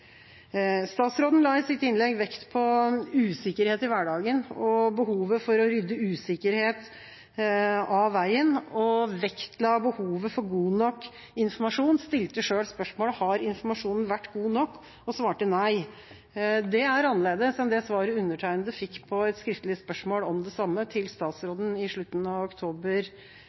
Statsråden la i sitt innlegg vekt på usikkerhet i hverdagen og behovet for å rydde usikkerhet av veien. Han vektla behovet for god nok informasjon, stilte selv spørsmålet om informasjonen har vært god nok, og svarte nei. Det er annerledes enn det svaret undertegnede fikk på et skriftlig spørsmål om det samme til